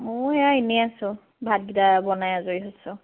মই সেয়া এনেই আছোঁ ভাতকেইটা বনাই আজৰি হৈছোঁ